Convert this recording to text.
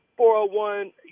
401